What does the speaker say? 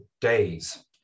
days